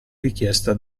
richiesta